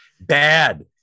Bad